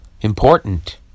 important